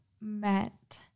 met